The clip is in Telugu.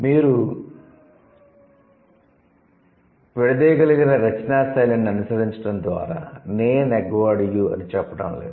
మీరు పరాయీకరణ రచనా శైలిని అనుసరించడం ద్వారా 'నే నెగ్వాడ్ యు' అని చెప్పడం లేదు